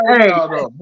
Hey